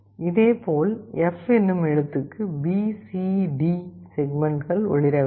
இதேபோல் F என்னும் எழுத்துக்கு B C மற்றும் D செக்மெண்ட்கள் ஒளிரவில்லை